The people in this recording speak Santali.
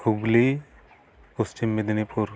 ᱦᱩᱜᱽᱞᱤ ᱯᱚᱥᱪᱤᱢ ᱢᱮᱫᱽᱱᱤᱯᱩᱨ